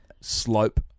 slope